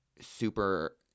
super